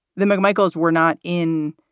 the mcmichaels were not in